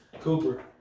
Cooper